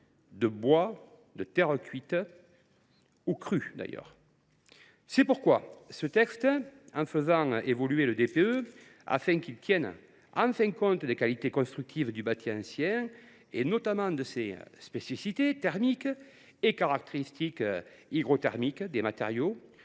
de bois ou de terre cuite ou crue. C’est pourquoi ce texte, en faisant évoluer le DPE pour tenir enfin compte des qualités constructives du bâti ancien, notamment de ses spécificités thermiques et des caractéristiques hygrothermiques des matériaux